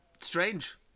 strange